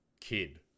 Kid